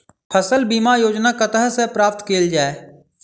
फसल बीमा योजना कतह सऽ प्राप्त कैल जाए?